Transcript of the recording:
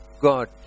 God